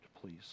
please